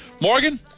Morgan